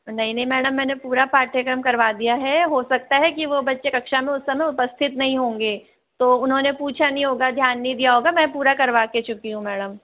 नहीं नहीं मैडम मैंने पूरे पाठ्यक्रम करवा दिया है हो सकता है कि वो बच्चे कक्षा में उस समय उपस्थित नहीं होंगे तो उन्होंने पूछा नहीं होगा ध्यान नहीं दिया होगा मैं पूरा करवा के चुकी हूँ मैडम